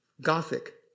Gothic